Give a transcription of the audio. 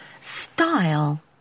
style